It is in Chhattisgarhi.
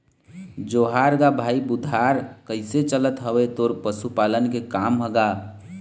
जोहार गा भाई बुधार कइसे चलत हवय तोर पशुपालन के काम ह गा?